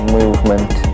movement